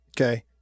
Okay